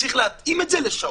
צריך להתאים את זה לשעות.